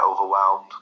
overwhelmed